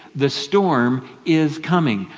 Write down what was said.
the storm is coming.